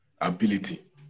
ability